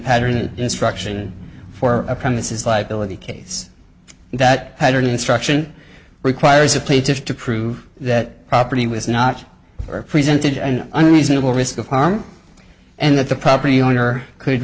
pattern an instruction for a premises liability case that had an instruction requires a plaintiff to prove that property was not presented an unreasonable risk of harm and that the property owner could